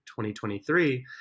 2023